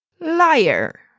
Liar